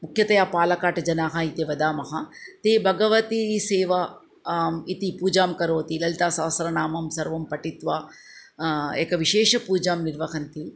मुख्यतया पालकाट् जनाः इति वदामः ते भगवती सेवा इति पूजां करोति ललितासहस्रनामं सर्वं पठित्वा एका विशेष पूजां निर्वहन्ति